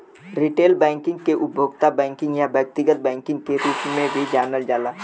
retail banking के उपभोक्ता banking या व्यक्तिगत बैंकिंग के रूप में भी जानल जाला